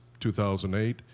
2008